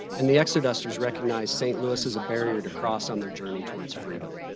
and the exodusters recognized st. louis as a barrier to cross on their journey towards freedom.